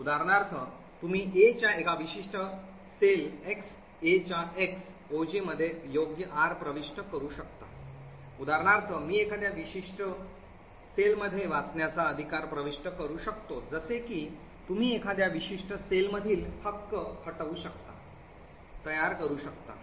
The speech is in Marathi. उदाहरणार्थ तुम्ही A च्या एका विशिष्ट कक्षात X A च्या X OJ मध्ये योग्य R प्रविष्ट करू शकता उदाहरणार्थ मी एखाद्या विशिष्ट कक्षात वाचण्याचा अधिकार प्रविष्ट करू शकतो जसे की तुम्ही एखाद्या विशिष्ट सेलमधील हक्क हटवू शकता तयार करू शकता